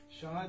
Sean